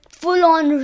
full-on